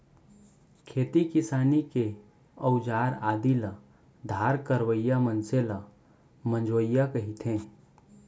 खेती किसानी के अउजार आदि ल धार करवइया मनसे ल मंजवइया कथें